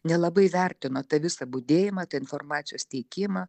nelabai vertino tą visą budėjimą tą informacijos teikimą